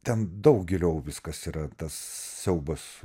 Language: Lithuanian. ten daug giliau viskas yra tas siaubas